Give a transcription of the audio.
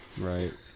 Right